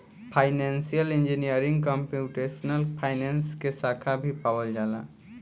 financial engineering computational finance के साखा भी पावल जाला